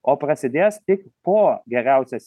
o prasidės tik po geriausias